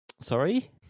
Sorry